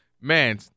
Man